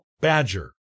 Badger